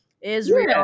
Israel